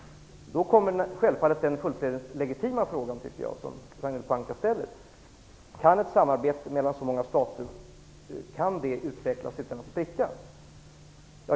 Då kommer självfallet den, som jag tycker, fullt legitima fråga som Ragnhild Pohanka ställer: Kan ett samarbete mellan så många stater utvecklas utan att spricka?